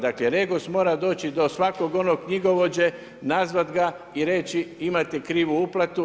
Dakle, REGOS mora doći do svakog onog knjigovođe, nazvat ga i reći imate krivu uplatu.